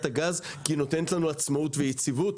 הגז כי היא נותנת לנו עצמאות ויציבות,